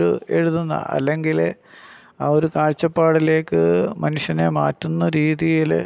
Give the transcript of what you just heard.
ഒരു എഴുതുന്ന അല്ലെങ്കിൽ ആ ഒരു കാഴ്ച്ചപ്പാടിലേക്ക് മനുഷ്യനെ മാറ്റുന്ന രീതിയിൽ